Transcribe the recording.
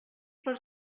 per